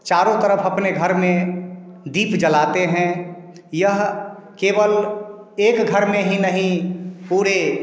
चारों तरफ अपने घर में दीप जलातें हैं यह केवल एक घर में ही नहीं पूरे